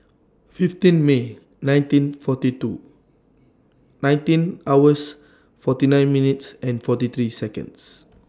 fifteen May nineteen forty two nineteen hours forty nine minutes forty three Seconds